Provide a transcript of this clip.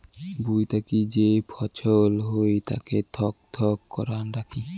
ভুঁই থাকি যে ফছল হই তাকে থক থক করাং রাখি